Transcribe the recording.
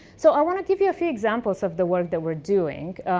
so i want to give you a few examples of the work that we're doing.